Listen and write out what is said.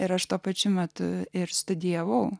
ir aš tuo pačiu metu ir studijavau